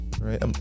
Right